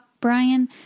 brian